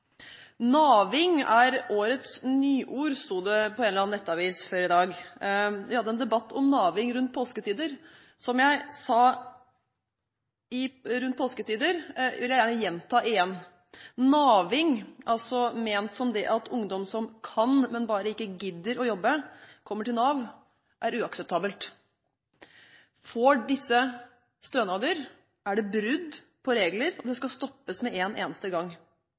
naving rundt påsketider, og det jeg sa da, vil jeg gjerne gjenta: Naving, i betydningen ungdom som kan, men bare ikke gidder å jobbe, kommer til Nav, er uakseptabelt. Får disse stønader, er det brudd på reglene, og det skal stoppes med en eneste gang.